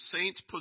saints